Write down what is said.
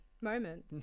Moment